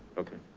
okay,